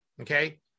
Okay